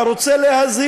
רק הקבינט לא יודע את